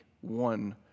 one